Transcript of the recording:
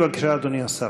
בבקשה, אדוני השר.